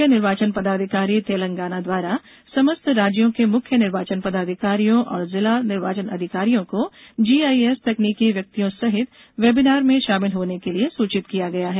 मुख्य निर्वाचन पदाधिकारी तेलंगाना द्वारा समस्त राज्यों के मुख्य निर्वाचन पदाधिकारियों एवं जिला निर्वाचन अधिकारियों को जीआईएस तकनीकी व्यक्तियों सहित वेबिनार में शामिल होने के लिए सूचित किया गया है